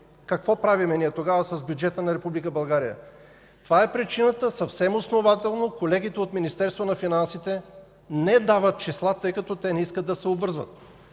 Какво правим тогава с бюджета на Република България? Това е причината съвсем основателно колегите от Министерството на финансите да не дават числа, тъй като не искат да се обвързват.